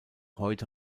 heute